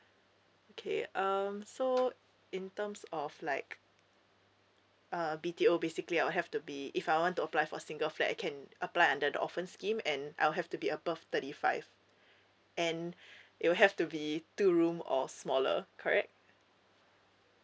okay um so in terms of like uh a B_T_O basically I'll have to be if I want to apply for single flat I can apply under the orphans scheme and I'll have to be above thirty five and it'll have to be two room or smaller correct